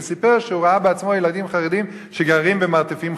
וסיפר שהוא ראה בעצמו ילדים חרדים שגרים במרתפים חשוכים.